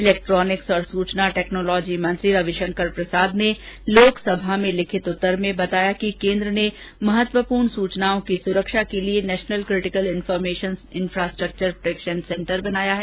electronics और सूचना technology मंत्री रविशंकर प्रसाद ने लोकसभा में लिखित उत्तर में बताया कि केन्द्र ने महत्वपूर्ण सुचनाओं की सुरक्षा के लिए national critical information infrastructure protection centre बनाया है